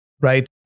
Right